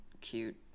cute